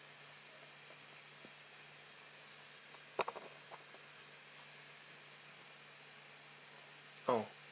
oh